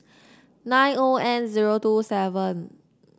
nine O N zero two seven